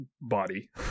body